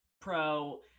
pro